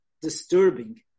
disturbing